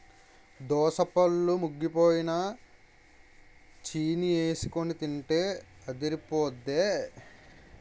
దోసపళ్ళు ముగ్గిపోయినై చీనీఎసికొని తింటే అదిరిపొద్దే